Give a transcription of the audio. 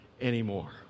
anymore